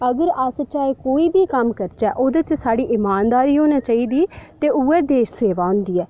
चाहे कोई बी कम्म करचै ओह्दे च साढ़ी ईमानदारी होनी चाहिदी ते उ'यै साढ़ी देश सेवा हुंदी ऐ